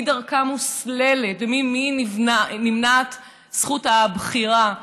מי דרכה סלולה וממי נמנעת זכות הבחירה,